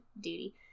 Duty